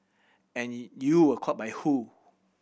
any you were caught by who